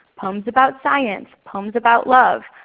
poems about science, poems about love.